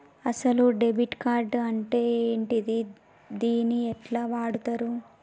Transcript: అసలు debit card అంటే ఏంటిది? దీన్ని ఎట్ల వాడుతరు?